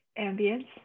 ambience